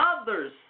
others